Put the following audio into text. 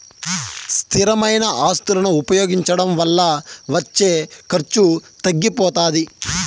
స్థిరమైన ఆస్తులను ఉపయోగించడం వల్ల వచ్చే ఖర్చు తగ్గిపోతాది